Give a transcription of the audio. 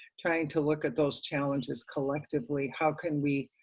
trying to look at those challenges collectively. how can we